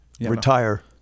retire